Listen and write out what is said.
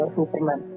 Superman